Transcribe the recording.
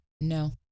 No